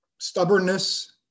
stubbornness